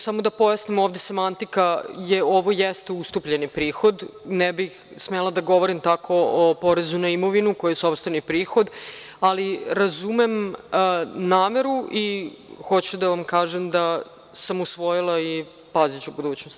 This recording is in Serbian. Samo da pojasnim, ovde semantika, ovo jeste ustupljeni prihod, ne bih smela da govorim tako o porezu na imovinu, koji je sopstveni prihod, ali razumem nameru i hoću da vam kažem da sam usvojila i paziću u budućnosti.